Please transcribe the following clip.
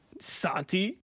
Santi